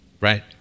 Right